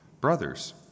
Brothers